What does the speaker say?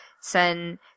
send